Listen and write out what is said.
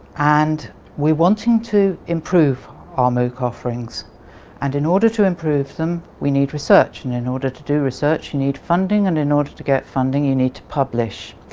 and we wanting to improve our mooc offerings and in order to improve them we need research, and in order to do research you need funding and in order to get funding you need to publish.